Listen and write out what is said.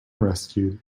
rescued